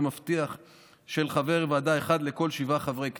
לפי מפתח של חבר ועדה אחד לכל שבעה חברי כנסת.